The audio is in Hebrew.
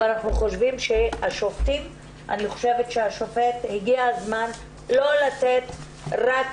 אני חושבת שהגיע הזמן לא לתת לשופט רק